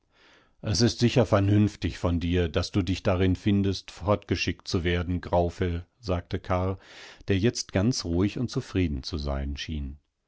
es ist sicher vernünftig von dir daß du dich darin findest fortgeschickt zu werden graufell sagte karr der jetzt ganz ruhig und zufrieden zu sein schien